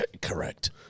Correct